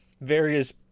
various